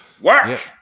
work